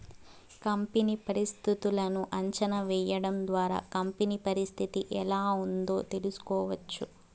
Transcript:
company పరిస్థితులను అంచనా వేయడం ద్వారా కంపెనీ పరిస్థితి ఎలా ఉందో తెలుసుకోవచ్చు